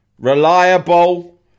Reliable